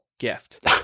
gift